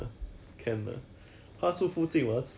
Jen is the troublesome